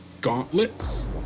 gauntlets